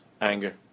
anger